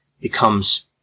becomes